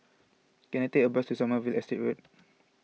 can I take a bus to Sommerville Estate Road